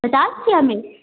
पचास रुपया में